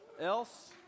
else